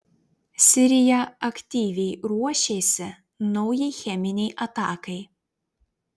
sirija aktyviai ruošėsi naujai cheminei atakai